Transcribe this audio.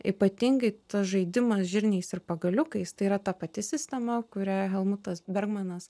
ypatingai tas žaidimas žirniais ir pagaliukais tai yra ta pati sistema kurią helmutas bermanas